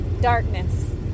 darkness